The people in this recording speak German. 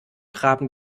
traben